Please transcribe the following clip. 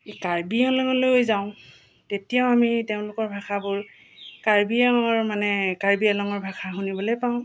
এই কাৰ্বি আংলংলৈ যাওঁ তেতিয়াও আমি তেওঁলোকৰ ভাষাবোৰ কাৰ্বি আংলংৰ মানে কাৰ্বি আংলংৰ ভাষা শুনিবলৈ পাওঁ